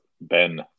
Ben